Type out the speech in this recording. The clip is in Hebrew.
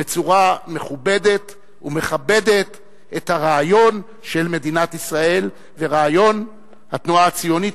בצורה מכובדת ומכבדת את הרעיון של מדינת ישראל ורעיון התנועה הציונית,